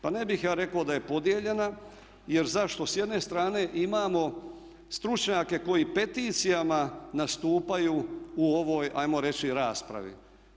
Pa ne bih ja rekao da je podijeljena jer zašto, s jedne strane imamo stručnjake koji peticijama nastupaju u ovoj ajmo reći raspravi.